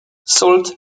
salt